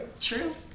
True